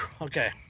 Okay